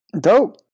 Dope